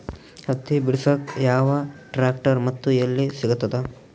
ಹತ್ತಿ ಬಿಡಸಕ್ ಯಾವ ಟ್ರ್ಯಾಕ್ಟರ್ ಮತ್ತು ಎಲ್ಲಿ ಸಿಗತದ?